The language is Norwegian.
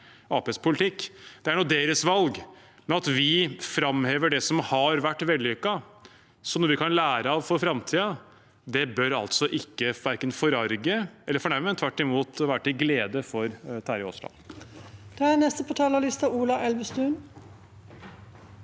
Det er nå deres valg, men at vi framhever det som har vært vellykket, som vi kan lære av for framtiden, bør altså verken forarge eller fornærme, men tvert imot være til glede for Terje Aasland.